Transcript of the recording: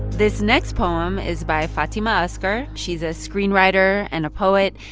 this next poem is by fatimah asghar. she's a screenwriter and a poet.